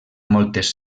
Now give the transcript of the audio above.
moltes